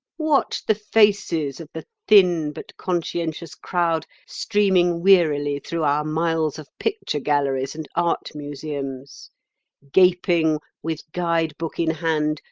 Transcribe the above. watch the faces of the thin but conscientious crowd streaming wearily through our miles of picture galleries and art museums gaping, with guide-book in hand,